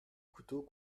couteaux